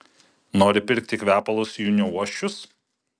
nori pirkti kvepalus jų neuosčius